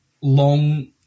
long